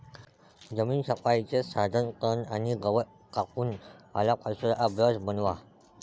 जमीन छपाईचे साधन तण आणि गवत कापून पालापाचोळ्याचा ब्रश बनवा